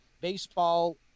baseball